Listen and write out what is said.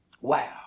Wow